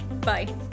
Bye